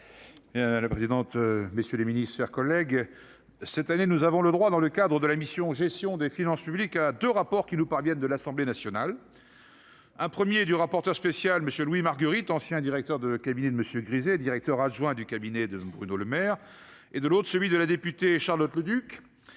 La présidente, messieurs les Ministres, chers collègues, cette année, nous avons le droit, dans le cadre de la mission Gestion des finances publiques a de rapports qui nous parviennent de l'Assemblée nationale, un 1er du rapporteur spécial monsieur Louis Margueritte, ancien directeur de cabinet de Monsieur, directeur adjoint du cabinet de Bruno Lemaire et de l'autre, celui de la députée Charlotte Leduc,